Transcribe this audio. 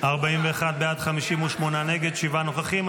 41 בעד, 58 נגד, שבעה נוכחים.